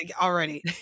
already